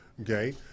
Okay